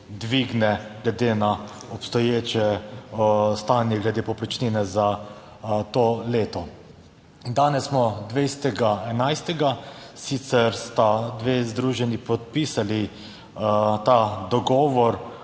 glede na obstoječe stanje, povprečnine za to leto. In danes smo 20. 11. Sicer sta dve združenji podpisali ta dogovor